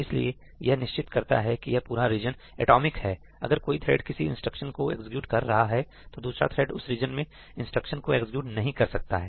इसलिए यह निश्चित करता है कि यह पूरा रीजन एटॉमिक है अगर कोई थ्रेड किसी इंस्ट्रक्शन को एग्जीक्यूटexecute कर रहा है तो दूसरा थ्रेड उस रीजन में इंस्ट्रक्शंस को एग्जीक्यूट नहीं कर सकता है